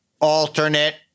alternate